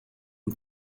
von